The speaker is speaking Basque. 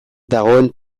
dagoen